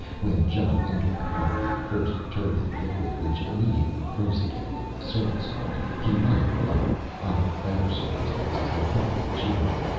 when john endlich pumped the first turbid liquid, which immediately froze again in the surface cold, he might, under other, better circumstances, have felt like cheering.